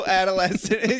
adolescent